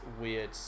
weird